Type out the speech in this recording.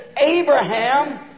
Abraham